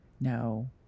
No